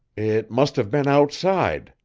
it must have been outside,